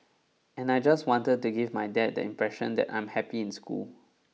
and I just wanted to give my dad the impression that I'm happy in school